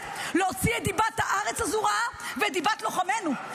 להוציא את דיבת הארץ הזו רעה ואת דיבת לוחמינו,